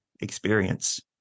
experience